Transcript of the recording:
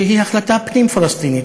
שהיא החלטה פנים-פלסטינית,